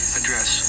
address